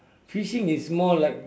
fishing is more like